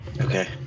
Okay